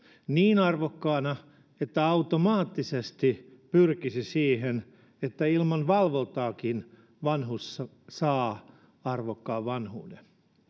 niin arvokkaana että automaattisesti pyrkisi siihen että ilman valvontaakin vanhus saa arvokkaan vanhuuden